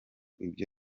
ibyo